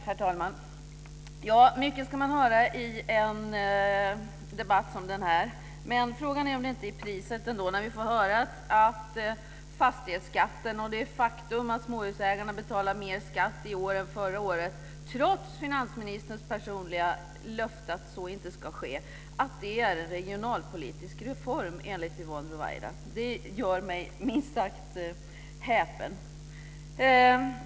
Herr talman! Mycket ska man höra i en debatt som denna. Frågan är om inte priset är när vi får höra från Yvonne Ruwaida att det faktum att småhusägarna betalar mer skatt i år än förra året, trots finansministerns personliga löfte att så inte ska ske, är en regionalpolitisk reform. Det gör mig minst sagt häpen.